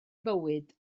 fywyd